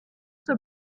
zur